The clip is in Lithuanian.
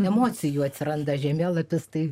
emocijų atsiranda žemėlapis tai